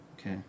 Okay